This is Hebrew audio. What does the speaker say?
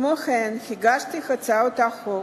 כמו כן, הגשתי הצעות חוק,